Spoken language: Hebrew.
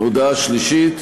הודעה שלישית